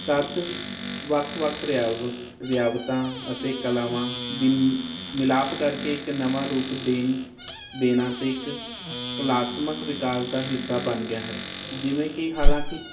ਤੱਦ ਵੱਖ ਵੱਖ ਰਿਆ ਰਿਆਵਤਾਂ ਅਤੇ ਕਲਾਵਾਂ ਦੀ ਮਿਲਾਪ ਕਰਕੇ ਇੱਕ ਨਵਾਂ ਰੂਪ ਦੇਣ ਦੇਣਾ ਤੇ ਇੱਕ ਕਲਾਤਮਕ ਵਿਕਾਸ ਦਾ ਹਿੱਸਾ ਬਣ ਗਿਆ ਹੈ ਜਿਵੇਂ ਕੀ ਹਲਾਂਕੀ